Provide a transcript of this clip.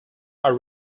are